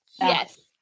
Yes